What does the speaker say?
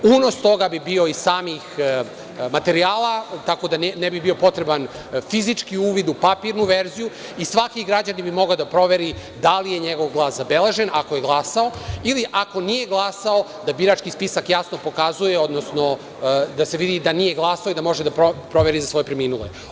Unos toga bi bio iz samih materijala, tako da ne bi bio potreban fizički uvid u papirnu verziju i svaki građanin bi mogao da proveri da li je njegov glas zabeležen, ako je glasao ili ako nije glasao, da birački spisak jasno pokazuje, odnosno da se vidi da nije glasao i da može da proveri za svoje preminule.